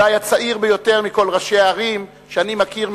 אולי הצעיר ביותר מכל ראשי הערים שאני מכיר,